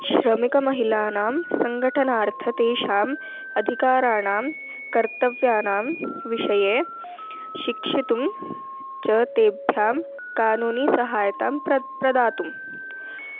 श्रमिकमहिलानां सङ्घटनार्थं तेषाम् अधिकाराणां कर्तव्यानां विषये शिक्षितुं च तेभ्यः कानूनीसहायतां प्रत् प्रदातुम्